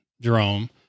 jerome